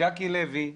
ג'קי לוי,